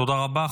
תודה רבה.